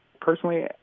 Personally